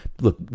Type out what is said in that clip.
Look